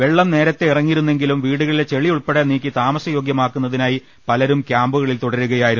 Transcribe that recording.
വെള്ളം നേരത്തെ ഇറങ്ങിയിരുന്നെങ്കിലും വീടുകളിലെ ചെളി ഉൾപ്പടെ നീക്കി താമസ യോഗ്യമാക്കുന്നതിനായി പലരും ക്യാമ്പുകളിൽ തുടരുകയായിരുന്നു